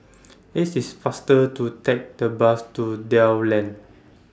IT IS faster to Take The Bus to Dell Lane